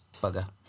Bugger